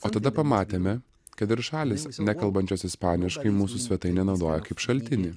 o tada pamatėme kad ir šalys nekalbančios ispaniškai mūsų svetainę naudoja kaip šaltinį